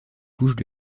couches